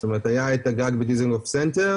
זאת אומרת היה את הגג בדיזנגוף סנטר,